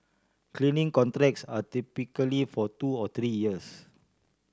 cleaning contracts are typically for two or three years